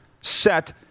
set